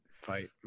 fight